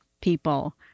people